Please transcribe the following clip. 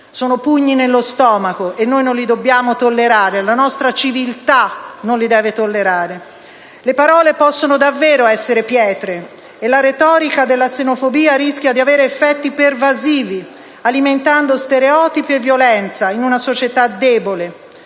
sono pugni nello stomaco, e noi non li dobbiamo tollerare. La nostra civiltà non li deve tollerare. Le parole possono essere davvero pietre e la retorica della xenofobia rischia di avere effetti pervasivi, alimentando stereotipi e violenza in una società debole: